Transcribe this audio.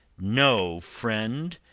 know, friend,